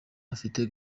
afite